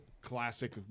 classic